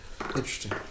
interesting